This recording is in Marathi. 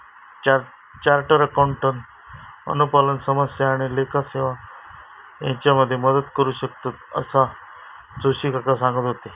चार्टर्ड अकाउंटंट अनुपालन समस्या आणि लेखा सेवा हेच्यामध्ये मदत करू शकतंत, असा जोशी काका सांगत होते